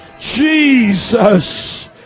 Jesus